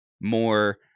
more